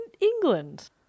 England